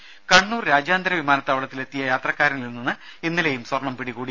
രുമ കണ്ണൂർ രാജ്യാന്തര വിമാനത്താവളത്തിൽ എത്തിയ യാത്രക്കാരനിൽ നിന്ന് ഇന്നലെയും സ്വർണ്ണം പിടികൂടി